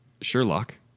Sherlock